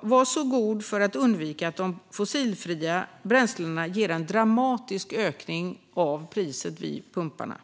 vara så god att man kan undvika att de fossilfria bränslena ger en dramatisk ökning av priset vid pumparna.